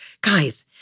guys